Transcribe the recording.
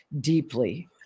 deeply